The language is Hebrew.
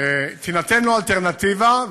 תינתן לו אלטרנטיבה.